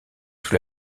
sous